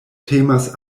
temas